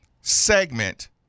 segment